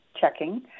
checking